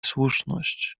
słuszność